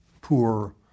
Poor